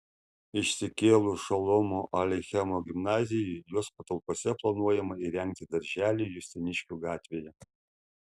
išsikėlus šolomo aleichemo gimnazijai jos patalpose planuojama įrengti darželį justiniškių gatvėje